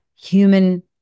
human